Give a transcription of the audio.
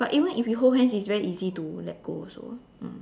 but even if you hold hand it's very easy to let go also